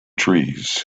trees